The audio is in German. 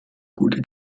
gute